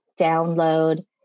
download